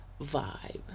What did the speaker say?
vibe